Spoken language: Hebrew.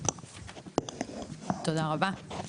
תודה רבה.